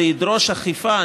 זה ידרוש אכיפה,